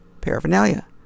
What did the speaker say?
paraphernalia